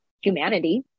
humanity